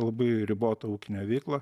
labai ribotą ūkinę veiklą